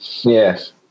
Yes